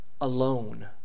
alone